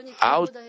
out